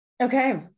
Okay